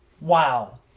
Wow